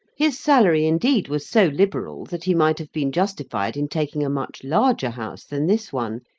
his salary indeed was so liberal that he might have been justified in taking a much larger house than this one,